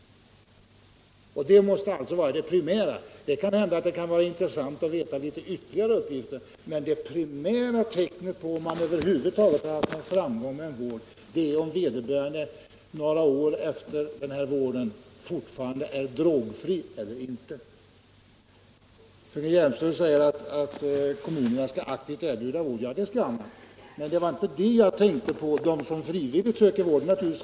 Det måste, menar jag, vara det primära. Det kan vara intressant att få ytterligare uppgifter, men det primära tecknet på om man över huvud taget har haft framgång med vården är om vederbörande några år efter behandlingen fortfarande är drogfri eller inte. Fröken Hjelmström sade att kommunerna skall aktivt erbjuda vård. Ja, det skall de göra. Men jag tänkte inte på dem som söker vård frivilligt.